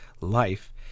life